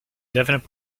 definite